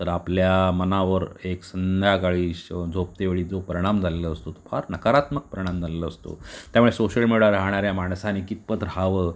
तर आपल्या मनावर एक संध्याकाळी शव झोपतेवेळी जो परिणाम झालेला असतो तो फार नकारात्मक परिणाम झालेला असतो त्यामुळे सोशल मीडियावर राहणाऱ्या माणसाने कितपत राहावं